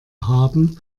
haben